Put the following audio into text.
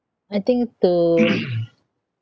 I think to